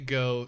go